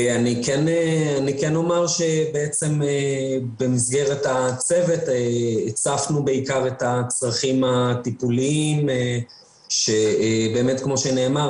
אני אומר שבמסגרת הצוות הצפנו בעיקר את הצרכים הטיפוליים שכמו שנאמר,